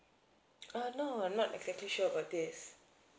err no not exactly sure about this